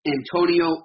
Antonio